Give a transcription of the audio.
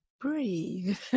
breathe